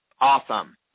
Awesome